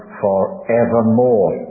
forevermore